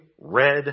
red